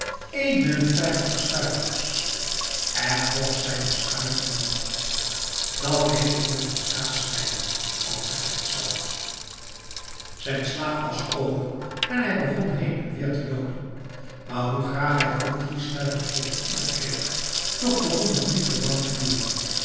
eenenvijftig stuivers en nog zijn de schuiten er niet dat heet ik nog eens de kaas snijden al zeg ik het zelf zijn slaap was over en hij begon heen en weer te loopen maar hoe graag hij ook drie stuivers voor het uur kreeg toch begon het nu te lang te duren